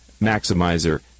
Maximizer